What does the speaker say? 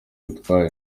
bitwaye